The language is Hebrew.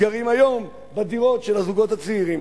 גרים היום בדירות של הזוגות הצעירים.